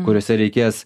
kuriose reikės